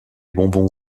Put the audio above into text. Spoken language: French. bonbons